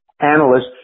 analysts